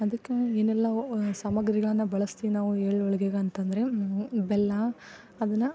ಅದಕ್ಕೆ ಏನೆಲ್ಲ ಸಾಮಾಗ್ರಿಗಳನ್ನು ಬಳಸ್ತೀವಿ ನಾವು ಎಳ್ಳು ಹೋಳಿಗೆಗ ಅಂತಂದ್ರೆ ಬೆಲ್ಲ ಅದನ್ನ